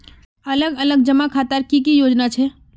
अलग अलग जमा खातार की की योजना छे?